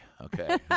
okay